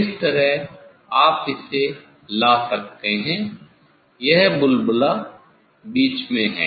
इस तरह आप इसे ला सकते हैं यहाँ बुलबुला मध्य में है